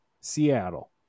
Seattle